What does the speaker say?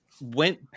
went